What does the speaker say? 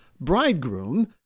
bridegroom